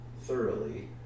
thoroughly